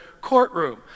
courtroom